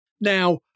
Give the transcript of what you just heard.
Now